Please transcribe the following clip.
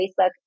Facebook